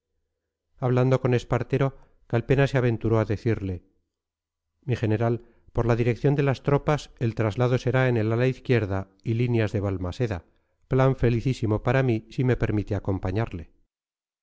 hablando con espartero calpena se aventuró a decirle mi general por la dirección de las tropas el traslado será en el ala izquierda y líneas de balmaseda plan felicísimo para mí si me permite acompañarle